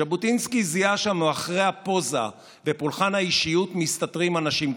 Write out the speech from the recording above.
ז'בוטינסקי זיהה שמאחורי הפוזה ופולחן האישיות מסתתרים אנשים קטנים,